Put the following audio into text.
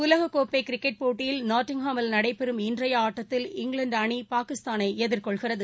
உலகக் கோப்பை கிரிக்கெட் போட்டியில் நாட்டிங்காமில் நடைபெறும் இன்றைய ஆட்டத்தில் இங்கிலாந்து அணி பாகிஸ்தானை எதிர்கொள்கிறது